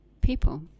people